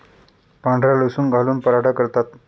पांढरा लसूण घालून पराठा करतात